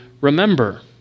remember